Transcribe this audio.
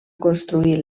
construir